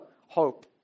hope